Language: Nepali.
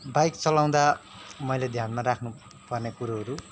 बाइक चलाउँदा मैले ध्यानमा राख्नुपर्ने कुरोहरू